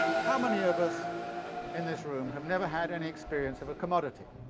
how many of us in this room have never had any experience of a commodity?